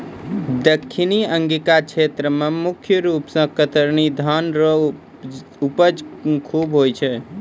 दक्खिनी अंगिका क्षेत्र मे मुख रूप से कतरनी धान रो उपज खूब होय छै